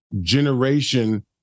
generation